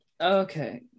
Okay